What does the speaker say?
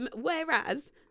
Whereas